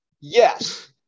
Yes